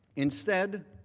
instead,